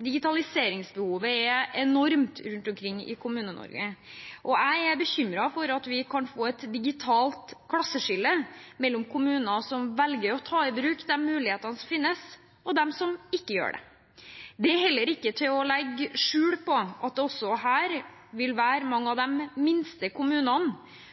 Digitaliseringsbehovet er enormt rundt omkring i Kommune-Norge. Jeg er bekymret for at vi kan få et digitalt klasseskille mellom kommuner som velger å ta i bruk de mulighetene som finnes, og de som ikke gjør det. Det er heller ikke til å legge skjul på at det også her vil være mange av de minste kommunene